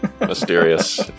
mysterious